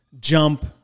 jump